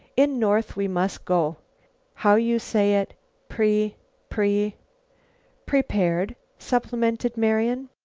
in north we must go how you say it pre pre prepared, supplemented marian.